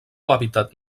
hàbitat